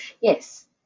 Yes